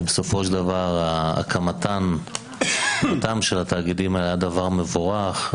בסופו של דבר הקמתם של התאגידים היה דבר מבורך.